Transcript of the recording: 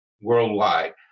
worldwide